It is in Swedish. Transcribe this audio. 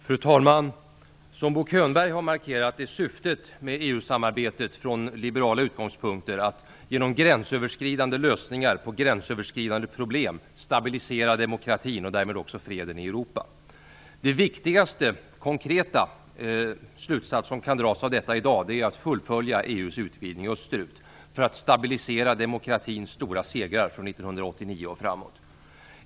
Fru talman! Som Bo Könberg har markerat är syftet med EU-samarbetet från liberala utgångspunkter att genom gränsöverskridande lösningar på gränsöverskridande problem stabilisera demokratin och därmed också freden i Europa. Den viktigaste konkreta slutsats som kan dras av detta i dag är att vi skall fullfölja EU:s utvidgning österut för att stabilisera demokratins stora segrar från 1989 och framåt.